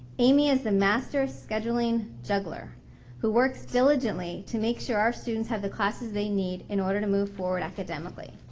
amy is the master of scheduling juggler who works diligently to make sure our students have the classes they need in order to move forward academically.